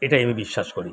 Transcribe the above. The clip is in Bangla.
এটাই আমি বিশ্বাস করি